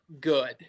good